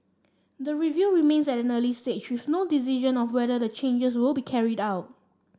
the review remains at an early stage with no decision on whether the changes will be carried out